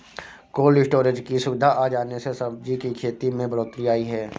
cold storage की सुविधा आ जाने से सब्जी की खेती में बढ़ोत्तरी आई है